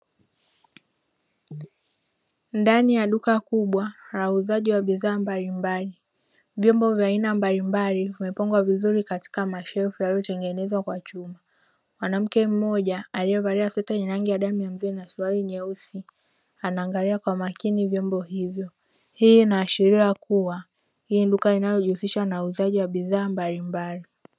Ndani ya duka kubwa la uuzaji wa bidhaa mbalimbali, vyombo vya aina mbalimbali vimepangwa vizuri katika mashelfu yaliyotengenezwa kwa chuma. Mwanamke mmoja aliyevalia sweta yenye rangi ya damu ya mzee na suruali nyeusi anaangalia kwa makini vyombo hivyo, hii inaashiria kuwa hili ni duka linalojihusisha na uuzaji wa bidhaa mbalimbali.